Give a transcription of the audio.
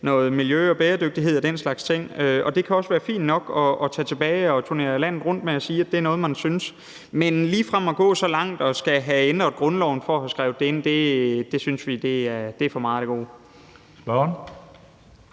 noget miljø og bæredygtighed og den slags ting. Det kan også være fint nok at tage tilbage og turnere landet rundt med at sige, at det er noget, man synes, men ligefrem at gå så langt som til at ændre grundloven for at få skrevet det indsynes vier for meget af det gode.